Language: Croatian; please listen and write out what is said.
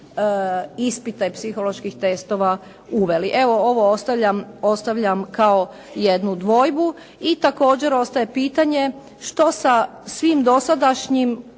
ispita i psiholoških testova uveli. Ovo ostavljam kao jednu dvojbu. I također ostaje pitanje što sa svim dosadašnjim